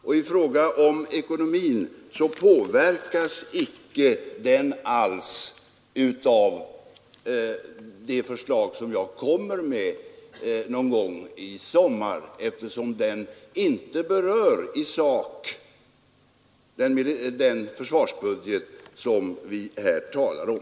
Och ekonomin påverkas icke alls av det förslag som jag lägger fram någon gång i sommar, eftersom det i sak inte berör den försvarsbudget som vi här talar om.